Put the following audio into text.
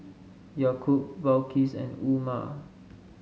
Yaakob Balqis and Umar